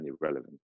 irrelevant